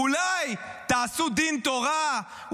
אולי תעשו דין תורה,